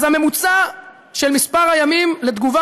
אז הממוצע של מספר הימים לתגובה